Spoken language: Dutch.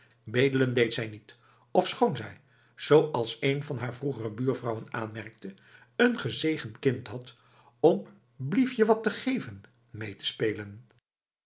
bedelen deed zij niet ofschoon zij zooals een van haar vroegere buurvrouwen aanmerkte een gezegend kind had om bliefje wat te geven mee te spelen